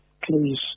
please